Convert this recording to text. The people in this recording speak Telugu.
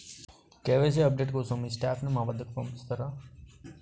కే.వై.సీ అప్ డేట్ కోసం మీ స్టాఫ్ ని మా వద్దకు పంపిస్తారా?